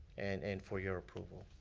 and and for your approval.